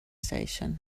station